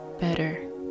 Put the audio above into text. better